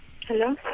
hello